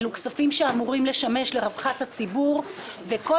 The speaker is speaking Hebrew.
אלו כספים שאמורים לשמש לרווחת הציבור וכל